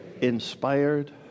inspired